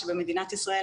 שבמדינת ישראל,